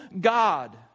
God